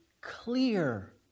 clear